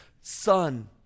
son